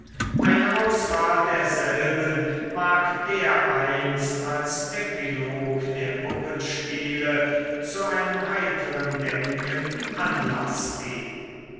eine auswahl derselben mag dereinst als epilog der puppenspiele zu einem heiteren denken anlaß geben